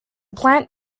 plant